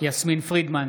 יסמין פרידמן,